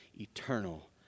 eternal